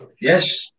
Yes